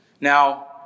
Now